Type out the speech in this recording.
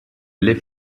lez